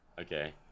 Okay